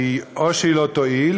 או שהיא לא תועיל